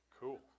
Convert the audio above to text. Cool